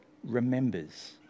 remembers